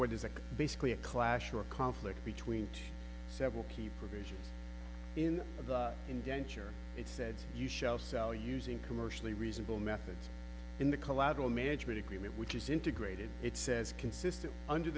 what is basically a clash or a conflict between several key provisions in the indenture it said you shall sell using commercially reasonable methods in the collateral management agreement which is integrated it says consistent under